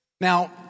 Now